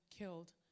killed